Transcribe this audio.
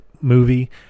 movie